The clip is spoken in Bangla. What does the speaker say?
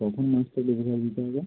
কখন মাছটা ডেলিভারি দিতে হবে